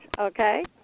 Okay